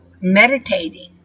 meditating